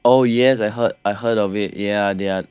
oh yes I heard I heard of it ya they are yes of course